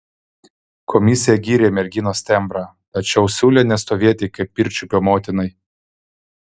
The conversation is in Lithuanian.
komisija gyrė merginos tembrą tačiau siūlė nestovėti kaip pirčiupio motinai